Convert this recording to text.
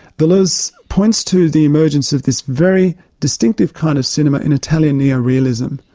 deleuze points to the emergence of this very distinctive kind of cinema in italian neo-realism.